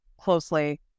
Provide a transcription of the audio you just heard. closely